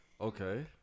Okay